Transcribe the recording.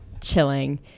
chilling